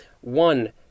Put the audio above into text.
one